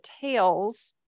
tails